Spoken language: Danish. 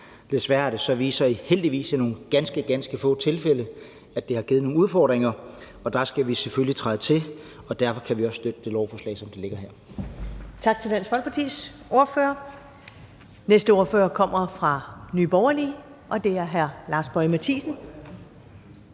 Desværre har det så vist sig, heldigvis i nogle ganske, ganske få tilfælde, at det har givet nogle udfordringer. Der skal vi selvfølgelig træde til. Derfor kan vi også støtte lovforslaget, som det ligger her.